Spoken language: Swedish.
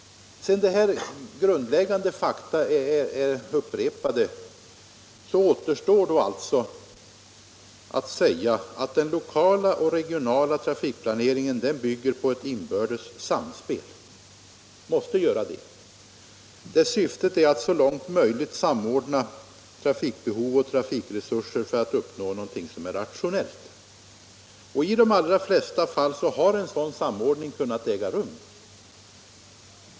Sedan dessa grundläggande fakta har upprepats återstår att säga att den lokala och regionala trafikplaneringen bygger på ett inbördes samspel. Den måste göra det. Syftet härmed är att så långt som möjligt samordna trafikbehov och trafikresurser för att uppnå en rationell ordning. I de allra flesta fall har en sådan samordning kunnat äga rum.